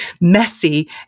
messy